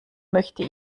möchte